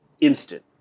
instant